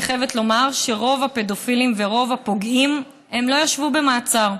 אני חייבת לומר שרוב הפדופילים ורוב הפוגעים לא ישבו במעצר.